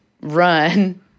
run